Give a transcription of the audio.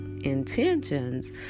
intentions